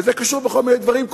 וזה קשור בכל מיני דברים,